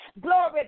glory